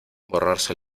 borrarse